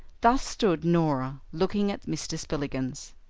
thus stood norah looking at mr. spillikins.